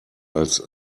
als